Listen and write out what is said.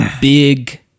big